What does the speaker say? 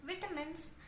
vitamins